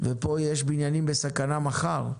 ופה יש בניינים בסכנה מחר.